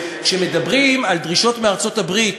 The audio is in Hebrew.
כשמדברים על דרישות מארצות-הברית